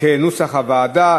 כנוסח הוועדה.